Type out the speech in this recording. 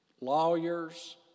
lawyers